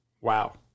wow